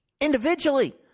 individually